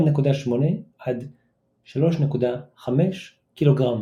1.8-3.5 קילוגרם,